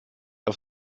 auf